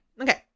Okay